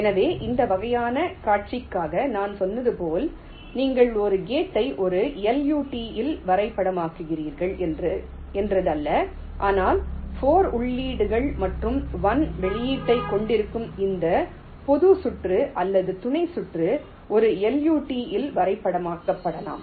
எனவே இந்த வகையான காட்சிக்காக நான் சொன்னது போல் நீங்கள் ஒரு கேட்டை ஒரு LUT இல் வரைபடமாக்குகிறீர்கள் என்று அல்ல ஆனால் 4 உள்ளீடுகள் மற்றும் 1 வெளியீட்டைக் கொண்டிருக்கும் எந்த பொது சுற்று அல்லது துணை சுற்று ஒரு LUT இல் வரைபடமாக்கப்படலாம்